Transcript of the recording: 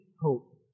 hope